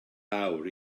fawr